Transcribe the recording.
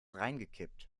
reingekippt